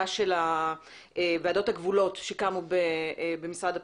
של ועדות הגבולות שקמו במשרד הפנים,